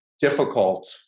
difficult